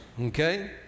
okay